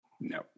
No